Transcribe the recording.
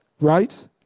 right